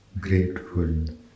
Grateful